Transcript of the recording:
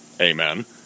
amen